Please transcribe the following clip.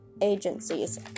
agencies